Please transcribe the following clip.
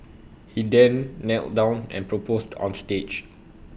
he then knelt down and proposed on stage